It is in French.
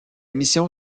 mission